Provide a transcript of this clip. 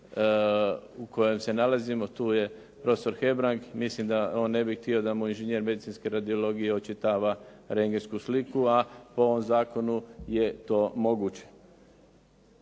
u kojoj se nalazimo. Tu je profesor Hebrang i mislim da on ne bi htio da mu inžinjer medicinske radiologije očitava rendgensku sliku a po ovom zakonu je to moguće.